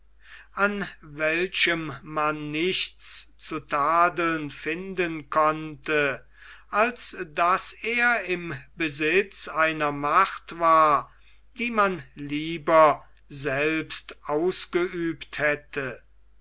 an welchem man nichts zu tadeln finden konnte als daß er im besitz einer macht war die man lieber selbst ausgeübt hätte